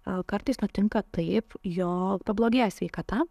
a kartais nutinka taip jo pablogėjo sveikata